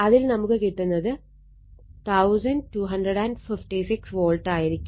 അതിൽ നമുക്ക് കിട്ടുന്നത് 1256 volt ആയിരിക്കും